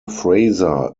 frazer